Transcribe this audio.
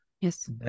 Yes